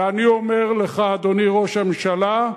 ואני אומר לך, אדוני ראש הממשלה,